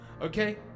okay